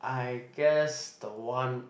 I guess the one